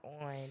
on